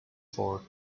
for